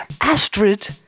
Astrid